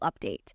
update